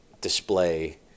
display